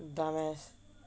dumb ass